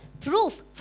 proof